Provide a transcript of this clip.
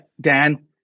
Dan